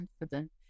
confident